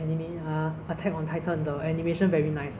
I don't really watch T_V so maybe